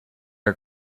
are